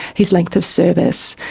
his length of service,